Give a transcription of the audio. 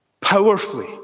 powerfully